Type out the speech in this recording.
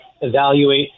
evaluate